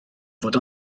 fod